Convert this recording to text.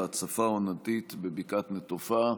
ההצפה העונתית בבקעת נטופה.